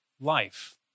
Life